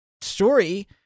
story